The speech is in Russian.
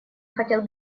хотел